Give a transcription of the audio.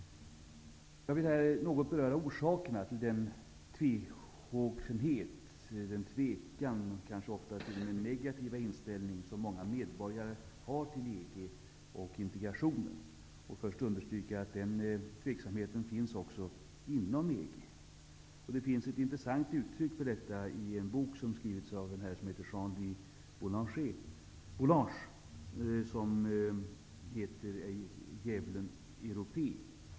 Jag vill här något beröra orsakerna till den tvehågsenhet, den tvekan och kanske ofta t.o.m. negativa inställning som många medborgare har till EG och integrationen. Först vill jag understryka att den tveksamheten finns också inom EG. Det finns ett intressant uttryck för detta i en bok som skrivits av en herre som heter Jean-Louis Boulanges.